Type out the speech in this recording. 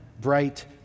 bright